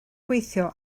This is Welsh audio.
gweithio